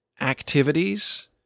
activities